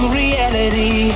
reality